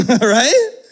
Right